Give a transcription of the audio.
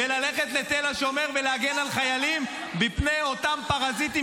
וללכת לתל השומר ולהגן על חיילים מפני אותם פרזיטים